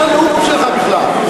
מה זה שייך לנאום שלך, בכלל?